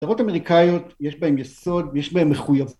‫שטרות אמריקאיות, ‫יש בהן יסוד ויש בהן מחויבות.